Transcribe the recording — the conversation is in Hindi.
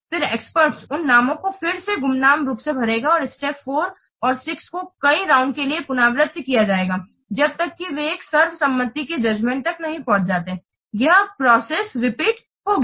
फिर एक्सपट्स उन नामों को फिर से गुमनाम रूप से भरेंगे और स्टेप्स 4 और 6 को कई राउंड के लिए पुनरावृत्त किया जाएगा जब तक कि वे एक सर्वसम्मति के जजमेंट तक नहीं पहुंच जाते यह प्रोसेस रीपीट होगी